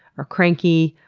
or cranky,